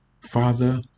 Father